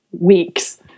weeks